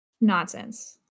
nonsense